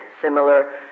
similar